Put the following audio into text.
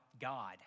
God